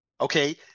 Okay